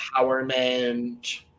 empowerment